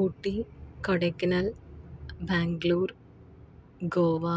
Ooty Kodaikanal Bangalore Goa